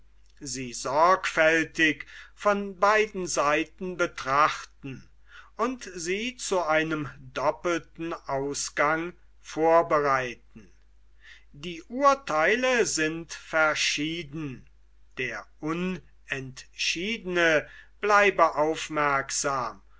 sie sorgfältig von beiden seiten betrachten und sie zu einem doppelten ausgang vorbereiten die urtheile sind verschieden der unentschiedene bleibe aufmerksam